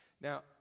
Now